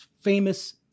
famous